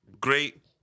great